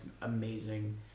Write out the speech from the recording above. amazing